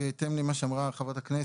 בהתאם למה שאמרה חברת הכנסת,